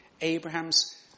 Abraham's